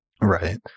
Right